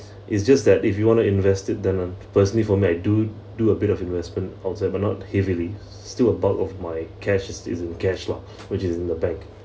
it's just that if you want to invest it then firstly for me do do a bit of investment outside but not heavily still a bulk of my cash is in cash lah which is in the bank